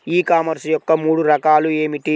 ఈ కామర్స్ యొక్క మూడు రకాలు ఏమిటి?